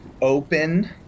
open